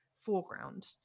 foreground